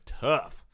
tough